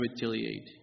retaliate